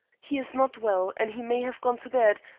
he is not well, and he may have gone to bed,